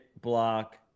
block